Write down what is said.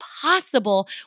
possible